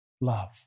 Love